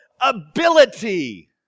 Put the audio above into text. ability